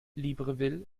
libreville